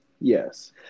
yes